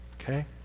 okay